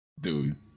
dude